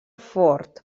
fort